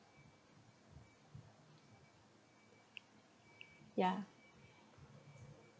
ya